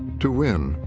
to win,